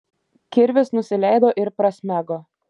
kirvis nusileido ir prasmego